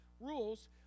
rules